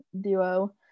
duo